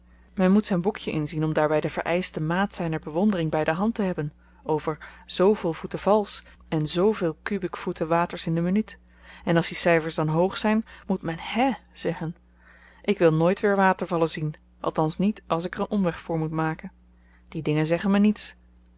men moet zyn boekjen inzien om daarby de vereischte maat zyner bewondering by de hand te hebben over zveel voeten vals en zveel kubiek voeten waters in de minuut en als die cyfers dan hoog zyn moet men hè zeggen ik wil nooit weer watervallen zien althans niet als ik er een omweg voor moet maken die dingen zeggen me niets